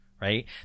right